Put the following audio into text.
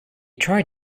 tried